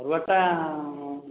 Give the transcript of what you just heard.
ଅରୁଆଟା